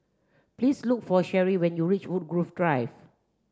please look for Sherrie when you reach Woodgrove Drive